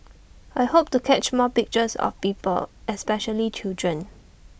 I hope to catch more pictures of people especially children